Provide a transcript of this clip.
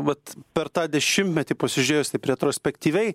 vat per tą dešimtmetį pasižiūrėjus taip retrospektyviai